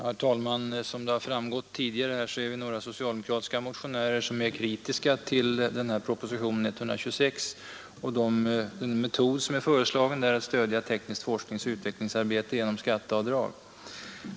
Herr talman! Som framgått tidigare är vi några socialdemokratiska motionärer som är kritiska till propositionen 126 och den metod som föreslås för att stödja teknisk forskning och utvecklingsarbete genom skatteavdrag.